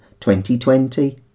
2020